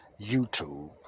YouTube